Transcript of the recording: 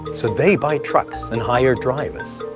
so they buy trucks and hire drivers.